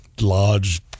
large